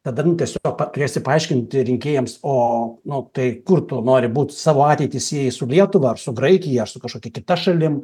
kadangi esu pakviesti paaiškinti rinkėjams o nu tai kur tu nori būti savo ateitį sieji su lietuva ar su graikija aš su kažkokia kita šalim